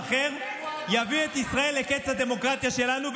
יביא את ישראל לקץ הדמוקרטיה שלנו.